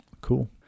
Cool